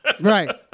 Right